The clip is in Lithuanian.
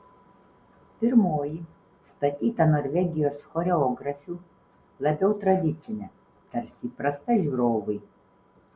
pirmoji statyta norvegijos choreografių labiau tradicinė tarsi įprasta žiūrovui